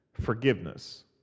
forgiveness